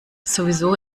sowieso